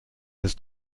his